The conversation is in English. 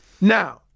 Now